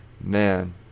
Man